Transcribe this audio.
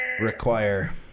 require